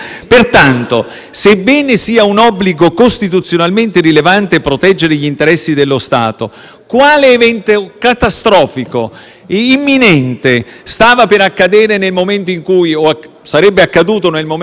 quale evento catastrofico e imminente stava per accadere o sarebbe accaduto nel momento in cui quelle persone, tutte identificate, fossero sbarcate subito? Nessuno.